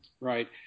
Right